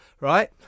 right